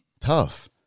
Tough